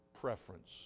preference